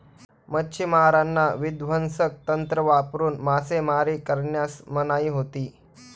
मच्छिमारांना विध्वंसक तंत्र वापरून मासेमारी करण्यास मनाई होती